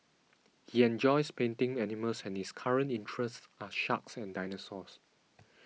he enjoys painting animals and his current interests are sharks and dinosaurs